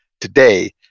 today